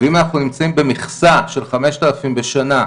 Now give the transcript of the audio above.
ואם אנחנו נמצאים במכסה של 5,000 בשנה,